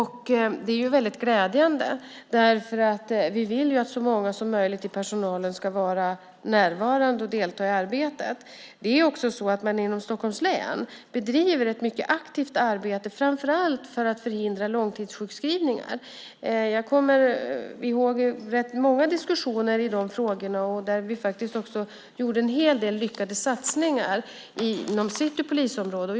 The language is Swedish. Det är väldigt glädjande, därför att vi vill ju att så många som möjligt i personalen ska vara närvarande och delta i arbetet. I Stockholms län bedriver man också ett mycket aktivt arbete framför allt för att förhindra långtidssjukskrivningar. Jag kommer ihåg rätt många diskussioner i de frågorna, och vi gjorde en hel del lyckade satsningar inom City polisområde.